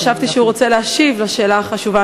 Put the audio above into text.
חשבתי שהוא רוצה להשיב על השאלה החשובה